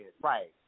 Right